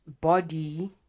body